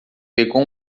pegou